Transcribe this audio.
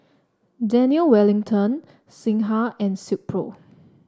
Daniel Wellington Singha and Silkpro